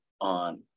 on